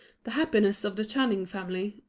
the happiness of the channing family,